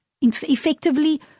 effectively